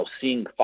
seeing